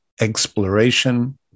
exploration